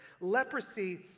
Leprosy